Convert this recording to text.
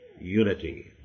unity